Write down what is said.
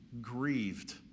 grieved